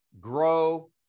grow